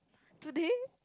today